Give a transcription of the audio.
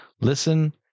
listen